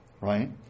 right